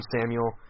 Samuel